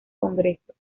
congresos